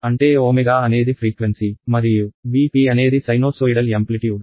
అంటే ω పౌన పున్యం మరియు Vp అనేది సైనోసోయిడల్ యాంప్లిట్యూడ్